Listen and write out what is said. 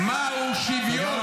-- כדי להסביר לכם מהו שוויון.